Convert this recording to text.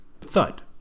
Thud